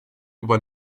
über